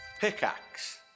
pickaxe